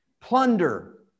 plunder